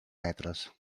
metres